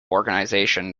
organisation